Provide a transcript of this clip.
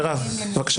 מירב, בבקשה.